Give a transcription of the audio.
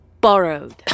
borrowed